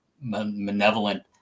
malevolent